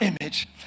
image